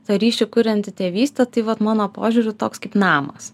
tą ryšį kurianti tėvystė tai vat mano požiūriu toks kaip namas